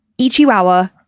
Ichiwawa